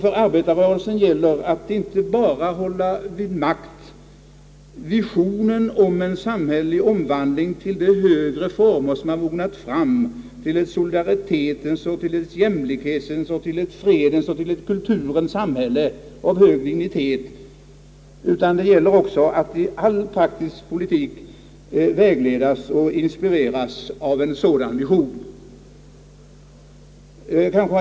För arbetarrörelsen gäller det att inte bara hålla vid makt visionen om en samhällelig omvandling till de högre former som har mognat fram, till ett solidaritetens och jämlikhetens och fredens och kulturens samhälle av hög dignitet, utan det gäller också att i all praktisk politik vägledas och inspireras av en sådan vision.